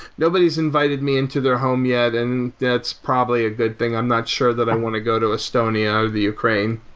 nobody's invited me into their home yet, and that's probably a good thing. i'm not sure that i want to go to estonia, or the ukraine.